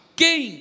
quem